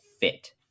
fit